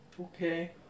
Okay